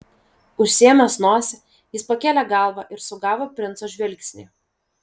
užsiėmęs nosį jis pakėlė galvą ir sugavo princo žvilgsnį